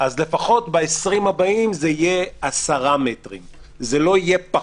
ב-20 הבאים זה יהיה לפחות 10 מטרים ולא פחות.